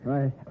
Right